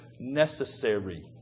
necessary